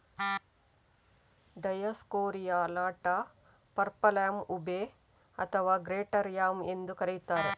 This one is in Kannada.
ಡಯೋಸ್ಕೋರಿಯಾ ಅಲಾಟಾ, ಪರ್ಪಲ್ಯಾಮ್, ಉಬೆ ಅಥವಾ ಗ್ರೇಟರ್ ಯಾಮ್ ಎಂದೂ ಕರೆಯುತ್ತಾರೆ